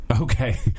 okay